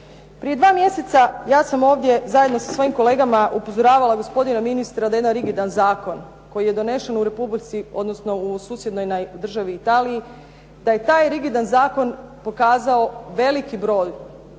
Prije 2 mjeseca ja sam ovdje zajedno sa svojim kolegama upozoravala gospodina ministra da jedan rigidan zakon koji je donesen u Republici, odnosno u susjednoj državi Italiji, da je taj rigidan zakon pokazao veliki broj